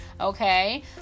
okay